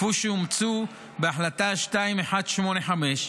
כפי שאומצו בהחלטה 2185,